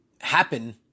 happen